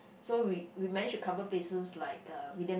so we we manage to cover places like uh William